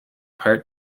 part